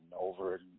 over